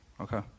Okay